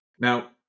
Now